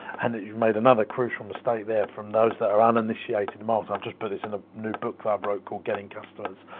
and you've made another crucial mistake there from those that are uninitiated, um i've just put this in a new book that i've wrote called getting customers.